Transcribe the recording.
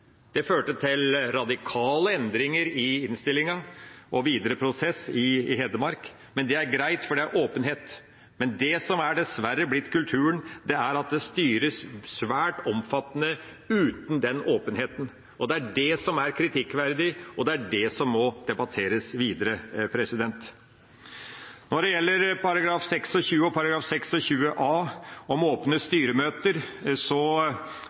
Det førte til radikale endringer i innstillinga og videre prosess i Hedmark, men det er greit, for det er åpenhet. Men det som dessverre er blitt kulturen, er at det styres svært omfattende uten den åpenheten. Det er det som er kritikkverdig, og det er det som må debatteres videre. Når det gjelder § 26 og § 26a, om åpne styremøter,